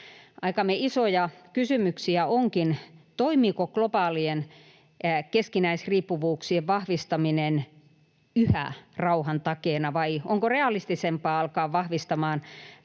Aikamme isoja kysymyksiä onkin, toimiiko globaalien keskinäisriippuvuuksien vahvistaminen yhä rauhan takeena vai onko realistisempaa alkaa vahvistamaan